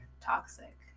toxic